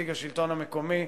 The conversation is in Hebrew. נציג השלטון המקומי,